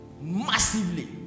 massively